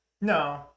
No